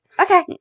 Okay